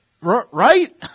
right